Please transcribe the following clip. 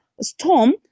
storm